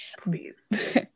Please